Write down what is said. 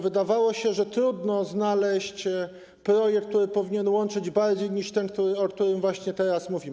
Wydawało się, że trudno znaleźć projekt, który powinien łączyć bardziej niż ten, o którym właśnie teraz mówimy.